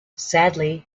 sadly